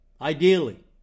ideally